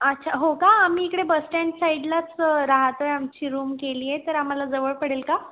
अच्छा हो का आम्ही इकडे बसस्टँड साईडलाच राहतो आहे आमची रूम केली आहे तर आम्हाला जवळ पडेल का